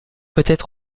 peut